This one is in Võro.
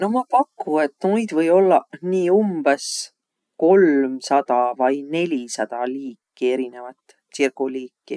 No ma paku, et noid või ollaq nii umbõs kolmsada vai nelisada liiki erinevat tsirguliiki.